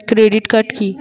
Credit card key?